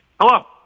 Hello